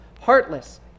heartless